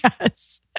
Yes